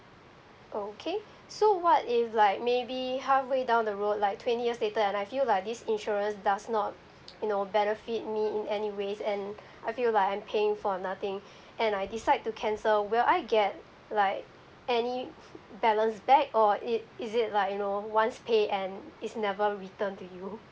oh okay so what if like maybe halfway down the road like twenty years later and I feel like this insurance does not you know benefit me in any ways and I feel like I'm paying for nothing and I decide to cancel will I get like any balance back or it is it like you know once pay and it's never return to you